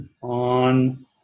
on